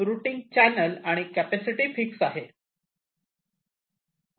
routing channel आणि capacity fix आहे